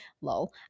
lol